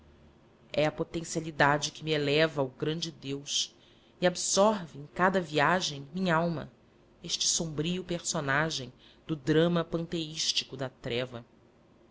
é a potencialidade que me eleva ao grande deus e absorve em cada viagem minhalma este sombrio personagem do drama panteístico da treva